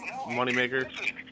moneymaker